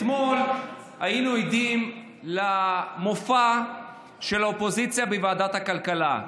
אתמול היינו עדים למופע של האופוזיציה בוועדת הכלכלה.